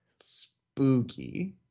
spooky